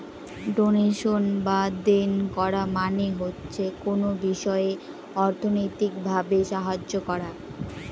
donation বা দেন করা মানে হচ্ছে কোনো বিষয়ে অর্থনৈতিক ভাবে সাহায্য করা